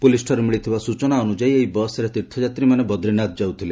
ପୁଲିସ୍ଠାରୁ ମିଳିଥିବା ସୂଚନା ଅନୁଯାୟୀ ଏହି ବସ୍ରେ ତୀର୍ଥଯାତ୍ରୀମାନେ ବଦ୍ରୀନାଥ ଯାଉଥିଲେ